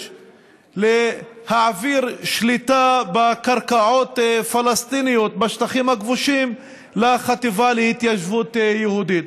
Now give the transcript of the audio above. להעביר שליטה בקרקעות פלסטיניות בשטחים הכבושים לחטיבה להתיישבות יהודית.